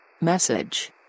Message